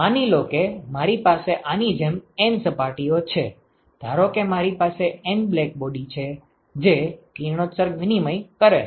માની લો કે મારી પાસે આની જેમ N સપાટીઓ છે ધારો કે મારી પાસે N બ્લેકબોડી છે જે કિરણોત્સર્ગ વિનિમય કરે છે